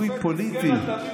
אתה מדבר?